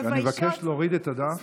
אני מבקש להוריד את הדף.